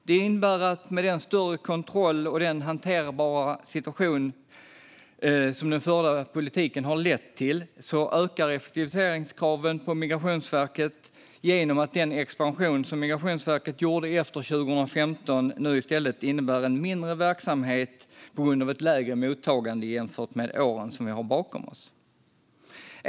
Det innebär att med den större kontroll och den hanterbara situation som den förda politiken har lett till ökar effektiviseringskraven på Migrationsverket genom att den expansion som Migrationsverket gjorde efter 2015 nu i stället innebär en mindre verksamhet på grund av ett lägre mottagande än under åren som vi har bakom oss.